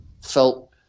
felt